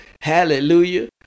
Hallelujah